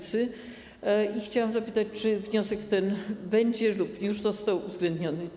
Chciałam zapytać, czy ten wniosek będzie lub już został uwzględniony.